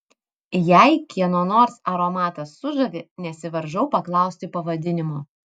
jei kieno nors aromatas sužavi nesivaržau paklausti pavadinimo